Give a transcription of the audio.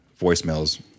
voicemails